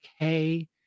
okay